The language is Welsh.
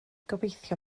gobeithio